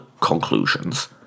conclusions